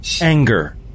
anger